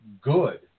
good